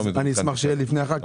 אני אשמח שזה יהיה לפני החג,